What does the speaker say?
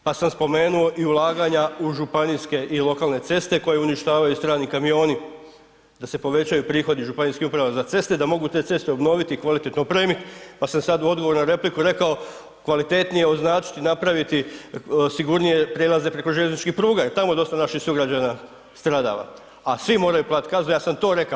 Pa sam spomenuo i ulaganja u županijske i lokalne ceste koje uništavaju strani kamioni, da se povećaju prihodi županijskih uprava za ceste da mogu te ceste obnoviti i kvalitetno opremiti, pa sam sad u odgovoru na repliku rekao kvalitetnije označiti i napraviti sigurnije prijelaze prijeko željezničkih pruga jer tamo dosta naših sugrađana stradava, a svi moraju platiti kaznu, ja sam to rekao.